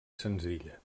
senzilla